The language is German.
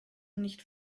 nicht